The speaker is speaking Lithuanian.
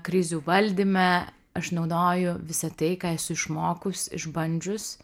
krizių valdyme aš naudoju visą tai ką esu išmokus išbandžius